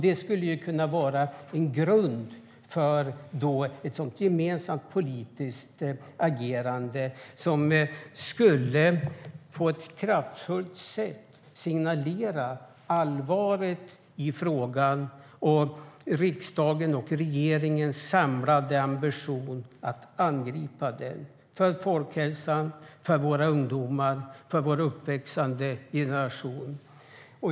Det skulle kunna vara en grund för ett sådant gemensamt politiskt agerande. Det skulle på ett kraftfullt sätt signalera allvaret i frågan och riksdagens och regeringens samlade ambition om att angripa den, för folkhälsan och för våra ungdomar - vår uppväxande generation.